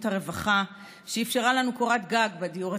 הרווחה שאפשרה לנו קורת גג בדיור הציבורי,